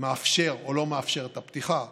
מאפשר או לא מאפשר את הפתיחה,